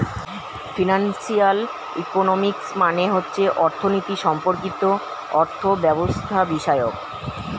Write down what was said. financial economics মানে হচ্ছে অর্থনীতি সম্পর্কিত অর্থব্যবস্থাবিষয়ক